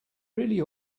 really